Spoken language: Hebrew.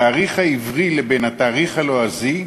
את התאריך העברי לתאריך הלועזי,